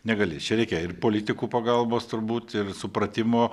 negalės čia reikia ir politikų pagalbos turbūt ir supratimo